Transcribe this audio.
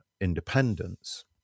independence